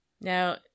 Now